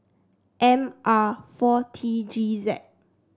M R four T G Z